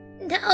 No